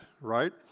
right